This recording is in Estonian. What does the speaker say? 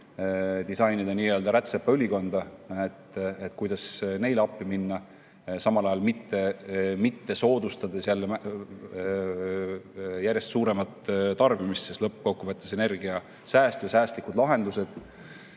disainida nii-öelda rätsepaülikonda, kuidas neile appi minna, samal ajal mitte jälle soodustades järjest suuremat tarbimist, sest lõppkokkuvõttes energiasääst ja säästlikud lahendused